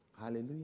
Hallelujah